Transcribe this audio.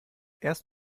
erst